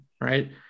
right